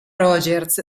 rogers